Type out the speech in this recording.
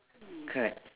correct